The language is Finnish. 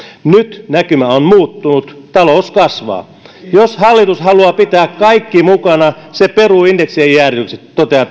nyt näkymä on muuttunut talous kasvaa jos hallitus haluaa pitää kaikki mukana se peruu indeksien jäädytykset näin toteaa